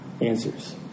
answers